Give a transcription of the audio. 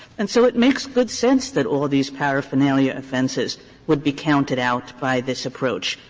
and so it makes good sense that all of these paraphernalia offenses would be counted out by this approach.